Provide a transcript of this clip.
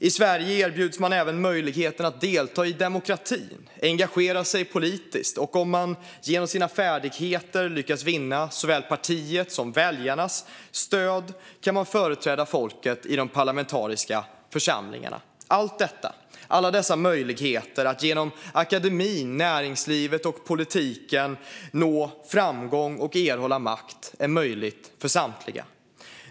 I Sverige erbjuds man även möjligheten att delta i demokratin och engagera sig politiskt. Och om man genom sina färdigheter lyckas vinna såväl partiets som väljarnas stöd kan man företräda folket i de parlamentariska församlingarna. Allt detta, alla dessa möjligheter att genom akademin, näringslivet och politiken nå framgång och erhålla makt, är möjligt för samtliga.